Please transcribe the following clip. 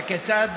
כיצד,